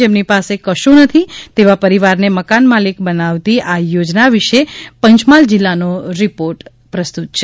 જેમની પાસે કશું નથી તેવા પરિવારને મકાન માલિક બનાવટી આ યોજના વિષે પંચમહાલ જિલ્લાનો રિપોર્ટ પ્રસ્તુત છે